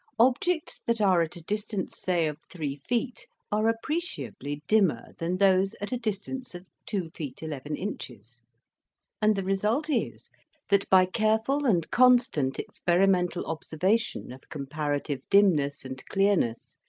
objects that are at a distance, say of three feet, are appreciably dimmer than those at a distance of two feet eleven inches and the result is that by careful and constant experi mental observation of comparative dimness and clearness,